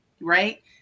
right